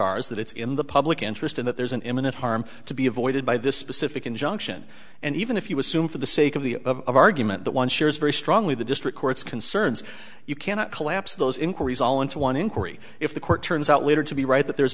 ours that it's in the public interest in that there's an imminent harm to be avoided by this specific injunction and even if you assume for the sake of the argument that one shares very strongly the district court's concerns you cannot collapse those inquiries all into one inquiry if the court turns out later to be right that there